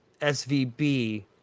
SVB